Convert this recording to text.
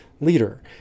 leader